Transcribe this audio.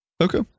Okay